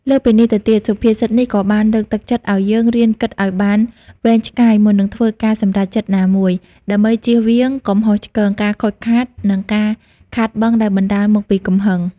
លើសពីនេះទៅទៀត សុភាសិតនេះក៏បានលើកទឹកចិត្តឱ្យយើងរៀនគិតឱ្យបានវែងឆ្ងាយមុននឹងធ្វើការសម្រេចចិត្តណាមួយ ដើម្បីចៀសវាងកំហុសឆ្គង ការខូចខាត និងការខាតបង់ដែលបណ្ដាលមកពីកំហឹង។